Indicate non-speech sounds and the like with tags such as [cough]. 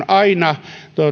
[unintelligible] aina